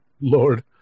Lord